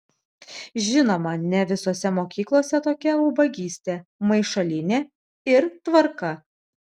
žinoma ne visose mokyklose tokia ubagystė maišalynė ir tvarka